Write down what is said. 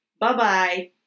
Bye-bye